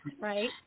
right